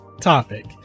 topic